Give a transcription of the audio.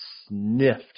sniffed